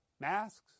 masks